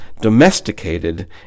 domesticated